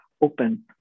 open